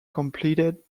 completed